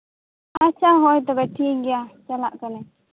ᱟᱪᱪᱷᱟ ᱦᱳᱭ ᱛᱚᱵᱮ ᱴᱷᱤᱠ ᱜᱮᱭᱟ ᱪᱟᱞᱟᱜ ᱠᱟᱱᱟᱹᱧ